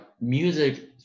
music